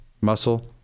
muscle